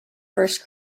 first